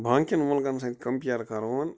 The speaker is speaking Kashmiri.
باقِین مُلکن سۭتۍ کمپیٚر کَرٕہون